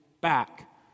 back